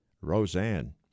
Roseanne